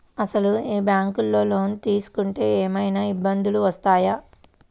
అసలు ఈ బ్యాంక్లో లోన్ తీసుకుంటే ఏమయినా ఇబ్బందులు వస్తాయా?